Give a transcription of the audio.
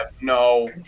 no